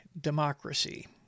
democracy